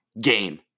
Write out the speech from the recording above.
game